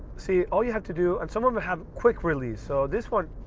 see, all you have to do and someone will have quick release. so this one,